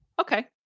Okay